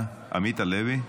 אני צריך.